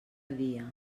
dia